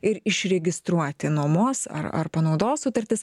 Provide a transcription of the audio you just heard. ir išregistruoti nuomos ar ar panaudos sutartis